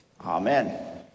Amen